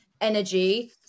energy